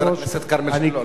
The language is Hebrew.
חבר הכנסת כרמל שאמה.